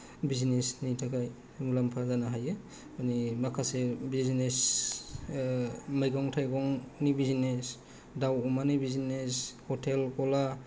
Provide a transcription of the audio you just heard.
बिजनेसनि थाखाय मुलाम्फा जानो हायो माने माखासे बिजनेस मैगं थाइगंनि बिजनेस दाउ अमानि बिजनेस हटेल गला